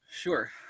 Sure